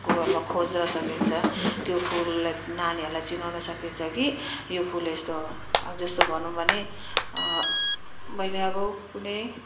गुगलमा खोज्न सकिन्छ त्यो फुललाई नानीहरूलाई चिनाउन सकिन्छ कि यो फुल यस्तो अब जस्तो भनौँ भने मैले अब कुनै